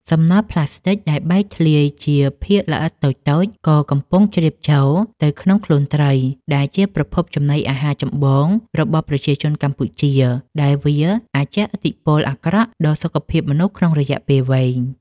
សំណល់ផ្លាស្ទិកដែលបែកធ្លាយជាភាគល្អិតតូចៗក៏កំពុងជ្រាបចូលទៅក្នុងខ្លួនត្រី ដែលជាប្រភពចំណីអាហារចម្បងរបស់ប្រជាជនកម្ពុជា ដែលវាអាចជះឥទ្ធិពលអាក្រក់ដល់សុខភាពមនុស្សក្នុងរយៈពេលវែង។